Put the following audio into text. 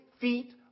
feet